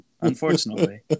Unfortunately